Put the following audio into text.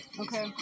Okay